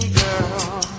girl